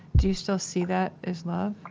do you still see that as love?